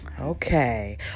Okay